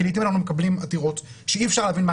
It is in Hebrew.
כי לעתים אנחנו מקבלים עתירות שאי אפשר להבין מה